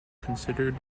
considered